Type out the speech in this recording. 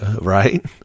Right